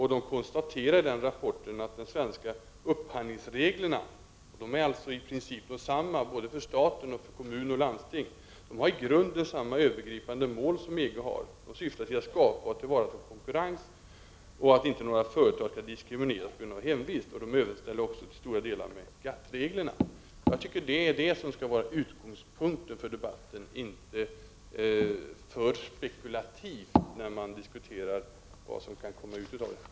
I den rapporten konstateras att de svenska upphandlingsreglerna — som alltså i princip är desamma för stat, kommun och landsting — i grunden har samma övergripande mål som EG:s, de syftar nämligen till att skapa och tillvarata konkurrens och till att inga företag skall diskrimineras på grund av hemvist. Dessa regler överensstämmer också till stora delar med GATT:s regler. Enligt min mening bör detta vara utgångspunkten för debatten i stället för att man blir för spekultativ när man diskuterar vad som kan komma ut av det som sker.